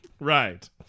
Right